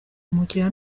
umukiliya